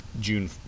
june